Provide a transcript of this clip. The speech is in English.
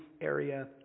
area